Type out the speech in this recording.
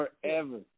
forever